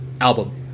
album